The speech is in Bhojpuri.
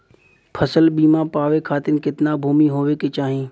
फ़सल बीमा पावे खाती कितना भूमि होवे के चाही?